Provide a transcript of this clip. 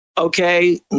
Okay